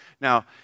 Now